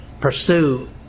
pursue